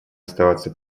оставаться